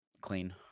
clean